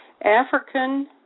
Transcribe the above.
African